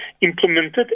implemented